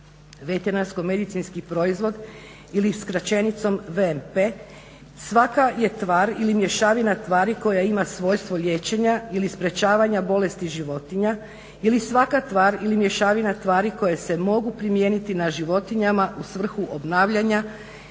veterinarsko-medicinski proizvod ili skraćenicom VMP svaka je tvar ili mješavina tvari koja ima svojstvo liječenja ili sprječavanja bolesti životinja ili svaka tvar ili mješavina tvari koje se mogu primijeniti na životinjama u svrhu obnavljanja,